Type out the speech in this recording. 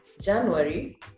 January